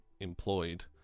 employed